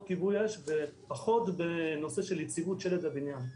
כיבוי אש ופחות בנושא של יציבות שלד הבניין.